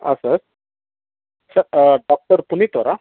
ಹಾಂ sir sir doctor Puneet ಅವರಾ